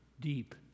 deep